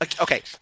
Okay